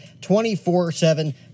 24-7